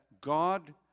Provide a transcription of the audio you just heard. God